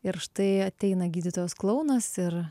ir štai ateina gydytojas klounas ir